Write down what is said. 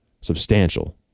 substantial